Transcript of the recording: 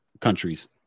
countries